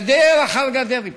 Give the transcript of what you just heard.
גדר אחר גדר הפלנו.